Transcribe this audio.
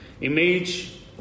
Image